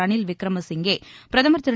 Ranil Wickremesinghe பிரதமர் திரு